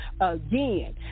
Again